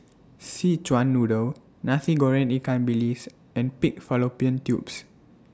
Szechuan Noodle Nasi Goreng Ikan Bilis and Pig Fallopian Tubes